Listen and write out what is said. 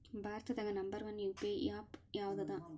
ಭಾರತದಾಗ number one UPI app ಯಾವದದ